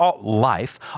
life